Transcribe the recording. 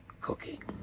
cooking